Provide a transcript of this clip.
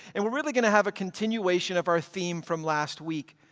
and we're really going to have a continuation of our theme from last week.